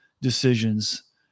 decisions